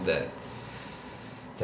that